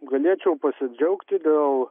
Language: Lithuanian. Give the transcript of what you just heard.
galėčiau pasidžiaugti dėl